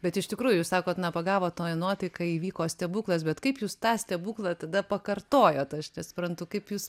bet iš tikrųjų jūs sakot na pagavo toji nuotaika įvyko stebuklas bet kaip jūs tą stebuklą tada pakartojot aš nesuprantu kaip jūs